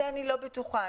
אני לא בטוחה,